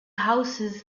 houses